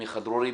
מיכה דרורי.